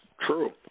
true